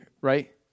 right